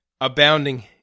abounding